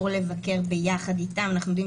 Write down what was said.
גם הסוכנים מכירים אנחנו הרי עבדנו בפיילוט במאי,